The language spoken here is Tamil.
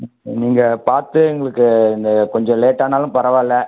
ம் நீங்கள் பார்த்து எங்களுக்கு இந்த கொஞ்சம் லேட்டானாலும் பரவாயில்ல